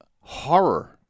horror